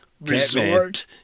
resort